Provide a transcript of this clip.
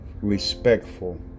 respectful